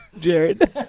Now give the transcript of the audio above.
Jared